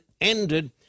ended